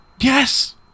Yes